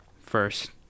first